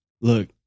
Look